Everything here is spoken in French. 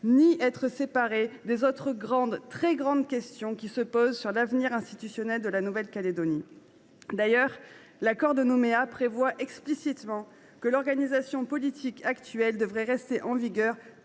ni être séparée des autres grandes ou très grandes questions qui se posent sur l’avenir institutionnel de l’archipel. D’ailleurs, l’accord de Nouméa prévoit explicitement que l’organisation politique actuelle devra rester en vigueur